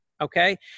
Okay